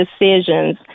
decisions